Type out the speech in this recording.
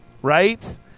Right